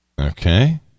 Okay